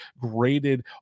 graded